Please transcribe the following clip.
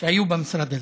שהיו במשרד הזה,